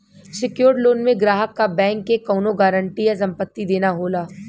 secured loan में ग्राहक क बैंक के कउनो गारंटी या संपत्ति देना होला